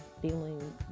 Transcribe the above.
feeling